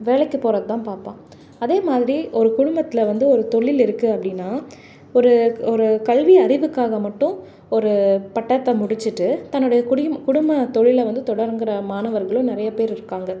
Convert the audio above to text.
வேலைக்கி போவது தான் பார்ப்பான் அதே மாதிரி ஒரு குடும்பத்தில் வந்து ஒரு தொழில் இருக்குது அப்படின்னா ஒரு ஒரு கல்வி அறிவுக்காக மட்டும் ஒரு பட்டத்தை முடிச்சுட்டு தன்னுடைய குடி குடும்ப தொழிலை வந்து தொடங்குகிற மாணவர்களும் நிறைய பேர் இருக்காங்க